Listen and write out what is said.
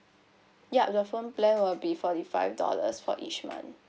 yup the phone plan will be forty five dollars for each month